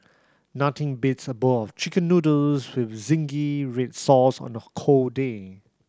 nothing beats a bowl of Chicken Noodles with zingy red sauce on a cold day